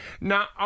Now